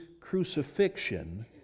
crucifixion